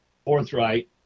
forthright